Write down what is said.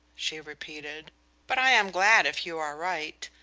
she repeated but i am glad if you are right.